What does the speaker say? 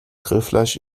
grillfleisch